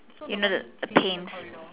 you know the the panes